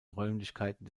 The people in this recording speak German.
räumlichkeiten